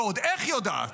ועוד איך יודעת.